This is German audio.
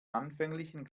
anfänglichen